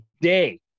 day